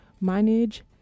manage